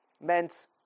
meant